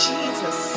Jesus